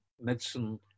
medicine